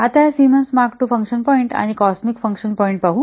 आता या Symons mark II function point आणि कॉसमिक फंक्शन पॉईंट्स पाहु